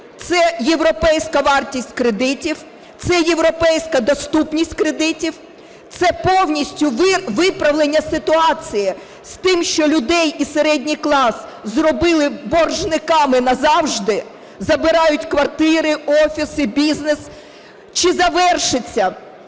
Це європейська вартість кредитів, це європейська доступність кредитів, це повністю виправлення ситуації з тим, що людей і середній клас зробили боржниками назавжди, забирають квартири, офіси, бізнес. Чи завершиться